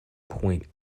point